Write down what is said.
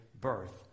birth